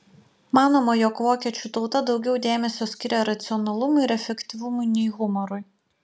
manoma jog vokiečių tauta daugiau dėmesio skiria racionalumui ir efektyvumui nei humorui